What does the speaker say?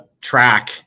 track